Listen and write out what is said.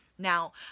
Now